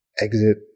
exit